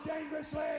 dangerously